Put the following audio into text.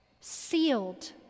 Sealed